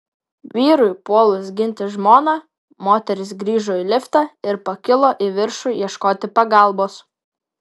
vyrui puolus ginti žmoną moteris grįžo į liftą ir pakilo į viršų ieškoti pagalbos